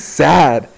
sad